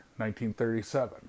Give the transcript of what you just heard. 1937